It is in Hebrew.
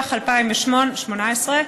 התשע"ח 2018,